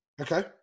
Okay